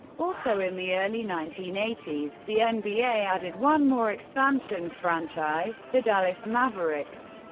also in the early nineteen eighty s, the and nba added one more expansion franchise, the dallas mavericks,